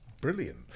brilliant